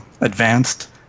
advanced